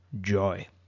joy